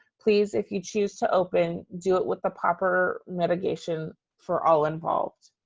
please, if you choose to open, do it with the proper mitigation for all involved.